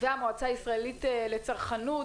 והמועצה הישראלית לצרכנות